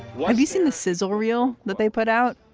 why do you sing the sizzle reel that they put out?